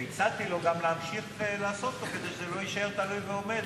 והצעתי לו גם להמשיך ולעשות אותו כדי שזה לא יישאר תלוי ועומד.